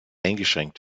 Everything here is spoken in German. eingeschränkt